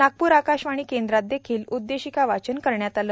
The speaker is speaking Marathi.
नागपूर आकाशवाणी केंद्रात देखिल उद्देशिक वाचन करण्यात आलं